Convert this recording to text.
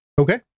Okay